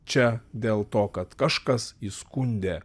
čia dėl to kad kažkas įskundė